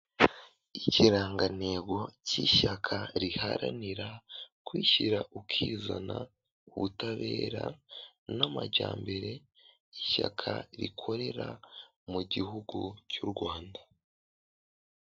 Ikirangantego k'ishyaka riharanira kwishyira ukizana, ubutabera n'amajyambere, k'ishyaka rikorera mu gihugu cy'u Rwanda.